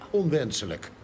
onwenselijk